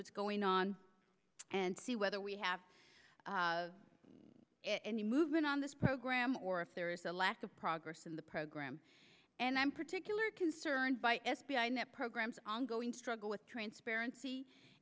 what's going on and see whether we have any movement on this program or if there is a lack of progress in the program and i'm particular concerned by f b i net programs ongoing struggle with transparency